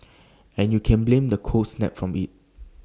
and you can blame the cold snap from IT